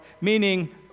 meaning